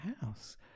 house